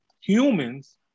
humans